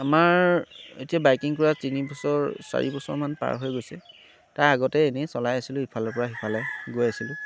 আমাৰ এতিয়া বাইকিং কৰা তিনি বছৰ চাৰি বছৰমান পাৰ হৈ গৈছে তাৰ আগতে এনেই চলাই আছিলোঁ ইফালৰ পৰা সিফালে গৈ আছিলোঁ